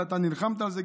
וגם אתה נלחמת על זה.